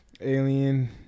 Alien